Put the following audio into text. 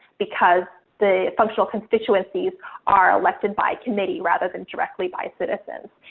because the functional constituencies are elected by committee rather than directly by citizens.